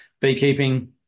beekeeping